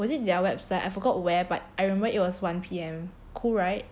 was it their website I forgot where but I remember it was one P_M cool right